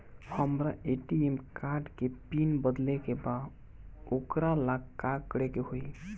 हमरा ATM card के PIN बदले के बा वोकरा ला का करे के होई?